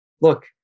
Look